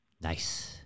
Nice